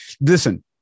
Listen